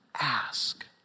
ask